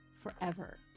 forever